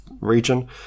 region